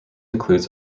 includes